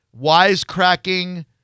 wisecracking